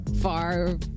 far